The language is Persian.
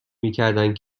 میکردند